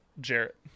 Jarrett